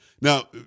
Now